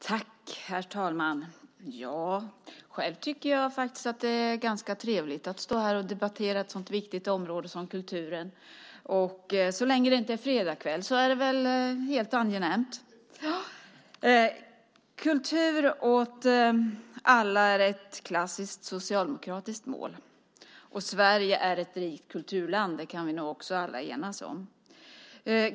Herr talman! Jag tycker faktiskt att det är ganska trevligt att stå här och debattera ett sådant viktigt område som kulturen. Så länge det inte är fredagskväll är det väl helt angenämt. Kultur åt alla är ett klassiskt socialdemokratiskt mål, och Sverige är ett rikt kulturland. Det kan vi nog alla enas om.